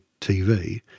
TV